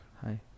Hi